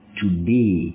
today